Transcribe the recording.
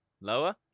Lower